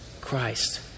Christ